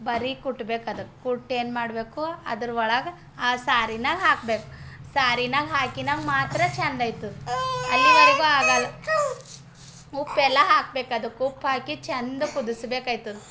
ಬರೀಕ್ ಕುಟ್ಟಬೇಕು ಅದು ಕುಟ್ಟಿ ಏನು ಮಾಡಬೇಕು ಅದರೊಳಗೆ ಆ ಸಾರಿನಾಗ್ ಹಾಕಬೇಕು ಸಾರಿನಾಗ್ ಹಾಕಿನಾ ಮಾತ್ರ ಚೆಂದ ಆಯ್ತದ್ ಅಲ್ಲಿವರೆಗೂ ಆಗಲ್ಲ ಉಪ್ಪು ಎಲ್ಲ ಹಾಕಬೇಕು ಅದಕ್ಕೆ ಉಪ್ಪು ಹಾಕಿ ಚೆಂದ ಕುದಿಸಬೇಕು ಆಯ್ತದ್